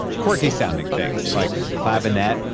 quirky-sounding things, like clavinet.